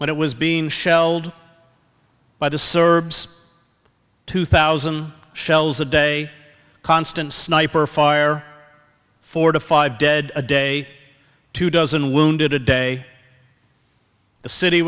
when it was being shelled by the serbs two thousand shells a day constant sniper fire four to five dead a day two dozen wounded a day the city